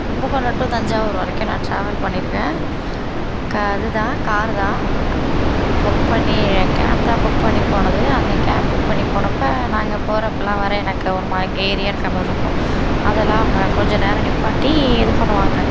Kumbakonam to Thanjavur வரைக்கும் நான் travel பண்ணிருக்கேன் க அது தான் காரு தான் புக் பண்ணி கேப் தான் புக் பண்ணி போனது அந்த கேப் புக் பண்ணி போனப்ப நாங்கள் பறப்பலாம் வர எனக்கு ஒருமாதிரி கேரியா இருக்கிற மாதிரி இருக்கும் அதெலாம் அவங்க கொஞ்ச நேரம் நிற்பாட்டி இது பண்ணுவாங்க